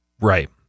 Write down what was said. Right